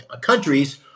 countries